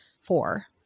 four